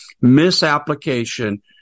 misapplication